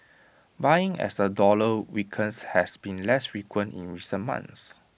buying as the dollar weakens has been less frequent in recent months